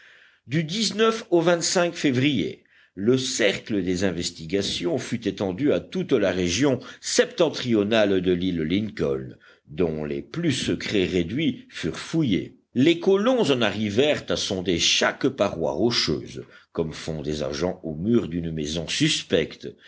du au février le cercle des investigations fut étendu à toute la région septentrionale de l'île lincoln dont les plus secrets réduits furent fouillés les colons en arrivèrent à sonder chaque paroi rocheuse comme font des agents aux murs d'une maison suspecte